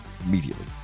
immediately